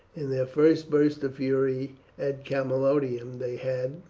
in their first burst of fury at camalodunum they had,